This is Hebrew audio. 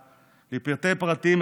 לפרטי-פרטים,